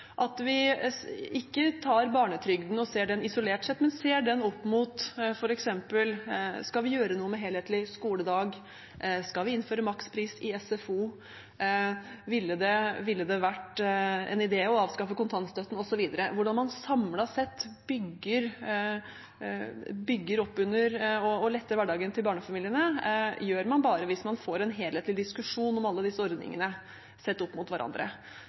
at vi ikke ser barnetrygden isolert, men ser den opp mot andre ting – f.eks. skal vi gjøre noe med «Helhetlig skoledag», skal vi innføre makspris i SFO, ville det vært en idé å avskaffe kontantstøtten? Hvordan man samlet sett kan bygge opp under og lette hverdagen til barnefamiliene, vet man bare hvis man får en helhetlig diskusjon om alle disse ordningene satt opp mot hverandre.